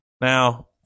Now